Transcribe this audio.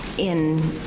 in